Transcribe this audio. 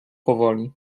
powoli